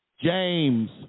James